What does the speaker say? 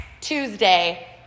Tuesday